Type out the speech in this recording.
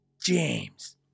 James